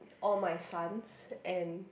all my sons and